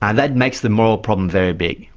and that makes the moral problem very big.